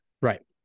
right